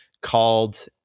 called